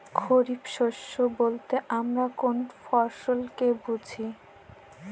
খরিফ শস্য বলতে আমরা কোন কোন ফসল কে বুঝি?